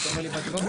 הכנסת,